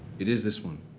it is this one?